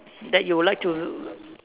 that you like to